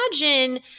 imagine